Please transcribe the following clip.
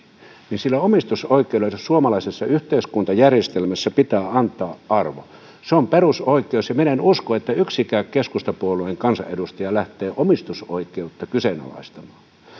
niin sille omistusoikeudelle suomalaisessa yhteiskuntajärjestelmässä pitää antaa arvo se on perusoikeus enkä minä usko että yksikään keskustapuolueen kansanedustaja lähtee omistusoikeutta kyseenalaistamaan